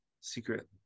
secret